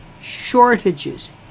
shortages